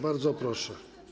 Bardzo proszę.